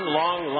long